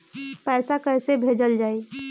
पैसा कैसे भेजल जाइ?